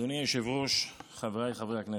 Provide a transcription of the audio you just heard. אדוני היושב-ראש, חבריי חברי הכנסת,